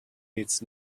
needs